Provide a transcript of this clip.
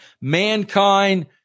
Mankind